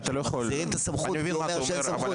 שמחזירים את הסמכות כי הוא אומר שאין סמכות,